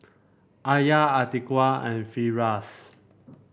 Alya Atiqah and Firash